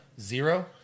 Zero